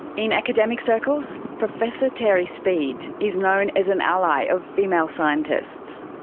in academic circles, professor terry speed is known as an ally of female scientists.